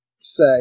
say